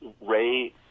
Ray